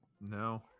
no